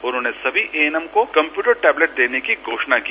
उन्होंने सभी एएनएम को कम्प्यूटर टैबलेट देने की घोषणा की